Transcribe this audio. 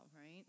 right